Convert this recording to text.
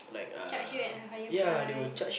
charge you at a higher price